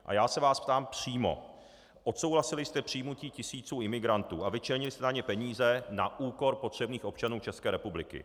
A já se vás ptám přímo: Odsouhlasili jste přijmutí tisíců imigrantů a vyčlenili jste na ně peníze na úkor potřebných občanů České republiky?